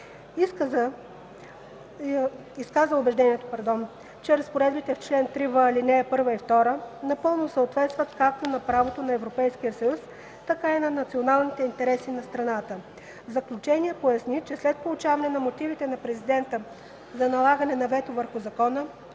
Изказа убеждението, че разпоредбите на чл. 3в, ал. 1 и 2 напълно съответстват както на правото на Европейския съюз, така и на националните интереси на страната. В заключение поясни, че след получаване на мотивите на Президента за налагане на вето върху закона,